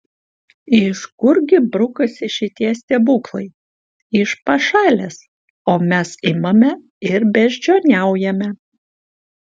iš kurgi brukasi šitie stebuklai iš pašalės o mes imame ir beždžioniaujame